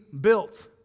built